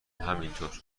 همینطور